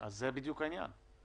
זה בדיוק העניין.